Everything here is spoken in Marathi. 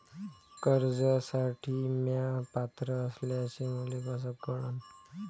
कर्जसाठी म्या पात्र असल्याचे मले कस कळन?